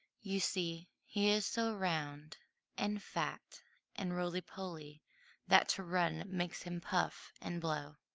you see, he is so round and fat and roly-poly that to run makes him puff and blow.